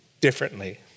differently